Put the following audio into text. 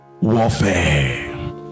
warfare